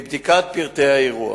1. מבדיקת פרטי האירוע